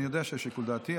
אני יודע שזה לשיקול דעתי.